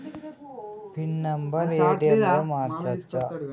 Pin number ATM లో మార్చచ్చా?